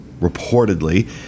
reportedly